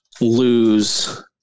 lose